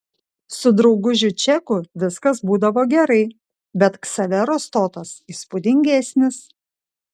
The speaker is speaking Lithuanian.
su draugužiu čeku viskas būdavo gerai bet ksavero stotas įspūdingesnis